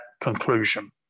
conclusion